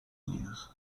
unidos